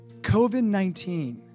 COVID-19